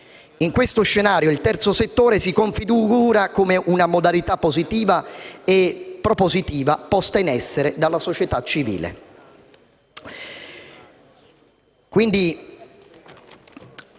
in questo scenario il terzo settore si configura come una modalità positiva e propositiva posta in essere dalla società civile. L'azione